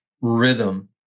rhythm